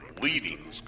leading